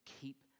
keep